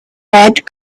red